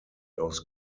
aus